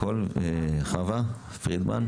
חווה פרידמן.